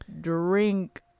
Drink